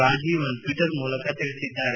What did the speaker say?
Rajeevan Twitter ಮೂಲಕ ತಿಳಿಸಿದ್ದಾರೆ